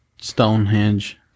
Stonehenge